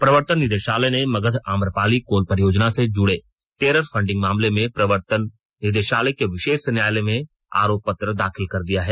प्रवर्तन निदेशालय ने मगध आम्रपाली कोल परियोजना से जुड़े टेरर फंडिग मामले में प्रवर्तन निदेशालय को विशेष न्यायालय में आरोप पत्र दाखिल कर दिया है